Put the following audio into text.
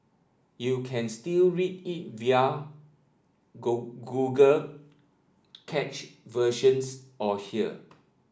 you can still read it via Google cached versions or here